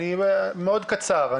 מאוד קצר.